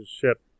ship